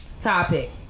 topic